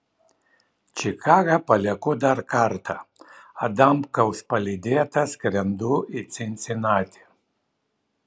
čikagą palieku dar kartą adamkaus palydėta skrendu į cincinatį